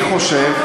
אני חושב,